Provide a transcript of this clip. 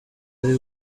ari